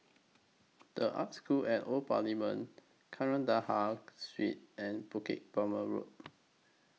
The Arts School At Old Parliament Kandahar Street and Bukit Purmei Road